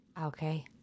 Okay